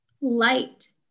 light